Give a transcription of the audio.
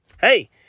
Hey